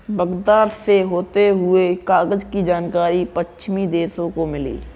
Baghdad से होते हुए कागज की जानकारी पश्चिमी देशों को मिली